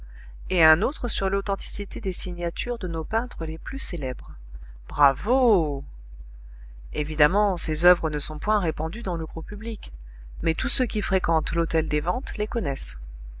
et un autre sur l'authenticité des signatures de nos peintres les plus célèbres bravo évidemment ces oeuvres ne sont point répandues dans le gros public mais tous ceux qui fréquentent l'hôtel des ventes les connaissent